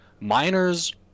miners